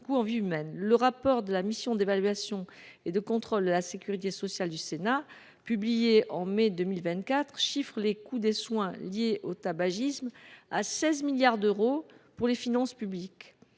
de la mission d’évaluation et de contrôle de la sécurité sociale du Sénat, publié en mai 2024, chiffre les coûts des soins liés au tabagisme à 16 milliards d’euros pour les finances publiques.